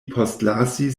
postlasis